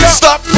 stop